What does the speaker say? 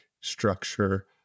structure